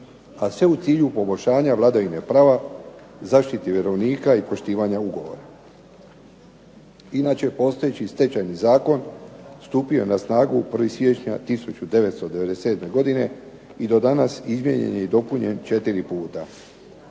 a sve u cilju poboljšanja vladavine prava, zaštite vjerovnika i poštivanja ugovora. Inače, postojeći Stečajni zakon stupio je na snagu 1. siječnja 1997. godine i do danas izmijenjen je i dopunjen četiri puta.